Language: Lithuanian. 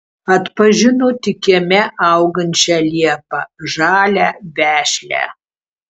atpažino tik kieme augančią liepą žalią vešlią